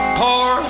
poor